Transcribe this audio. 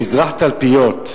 במזרח-תלפיות,